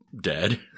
dead